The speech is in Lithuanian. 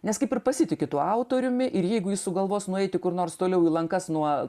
nes kaip ir pasitiki tuo autoriumi ir jeigu jis sugalvos nueiti kur nors toliau į lankas nuo